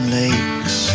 lakes